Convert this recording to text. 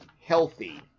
healthy